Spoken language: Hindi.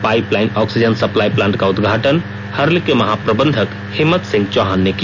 पाइपलाइन ऑक्सीजन सप्लाई प्लांट का उदघाटन हर्ल के महाप्रबंधक हिम्मत सिंह चौहान ने किया